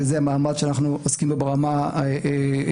וזה מאמץ שאנחנו עוסקים בו ברמה האסטרטגית.